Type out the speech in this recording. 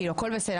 הכול בסדר.